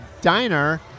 Diner